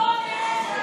שאתה עושה,